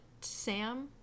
Sam